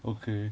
okay